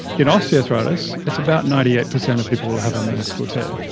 in osteoarthritis, it's about ninety eight percent of people will have a meniscal tear.